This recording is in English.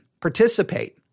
participate